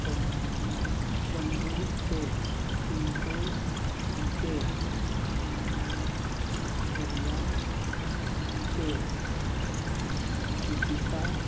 प Pandu Shet Tinku Shet Gudiya Shet Deepika